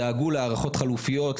דאגו להערכות חלופיות,